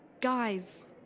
guys